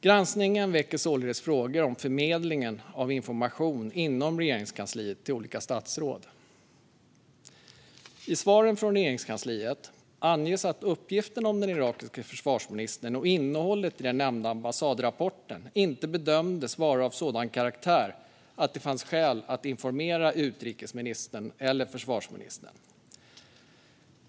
Granskningen väcker således frågor om förmedlingen av information inom Regeringskansliet till olika statsråd. I svaren från Regeringskansliet anges att uppgiften om den irakiske försvarsministern och innehållet i den nämnda ambassadrapporten inte bedömdes vara av sådan karaktär att det fanns skäl att informera utrikesministern eller försvarsministern.